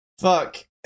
Fuck